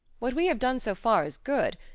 what we have done so far is good.